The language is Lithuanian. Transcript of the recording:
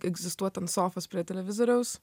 egzistuot ant sofos prie televizoriaus